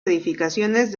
edificaciones